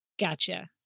Gotcha